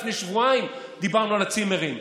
לפני שבועיים דיברנו על הצימרים,